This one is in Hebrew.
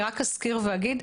רק אזכיר ואגיד,